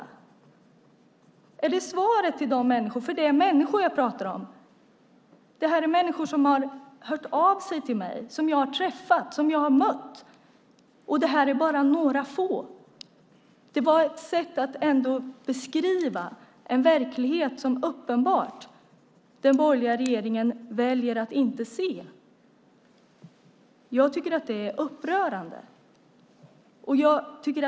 Är det ditt svar till dessa människor, Cristina Husmark Pehrsson? Människor har hört av sig till mig, och jag har träffat dem. Det var bara några få exempel, men det var ett sätt att beskriva en verklighet som den borgerliga regeringen uppenbart väljer att inte se. Det är upprörande.